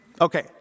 Okay